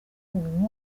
burundu